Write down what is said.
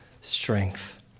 strength